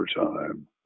overtime